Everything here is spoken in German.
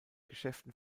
geschäften